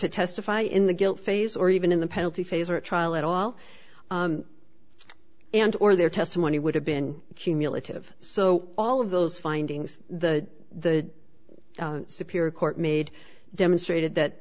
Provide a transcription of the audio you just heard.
to testify in the guilt phase or even in the penalty phase or trial at all and or their testimony would have been cumulative so all of those findings the superior court made demonstrated that